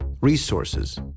resources